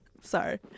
Sorry